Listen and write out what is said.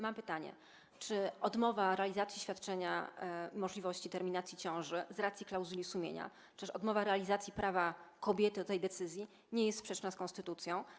Mam pytanie: Czy odmowa realizacji świadczenia terminacji ciąży z racji klauzuli sumienia czy też odmowa realizacji prawa kobiety do tej decyzji nie jest sprzeczna z konstytucją?